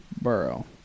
Burrow